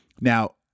Now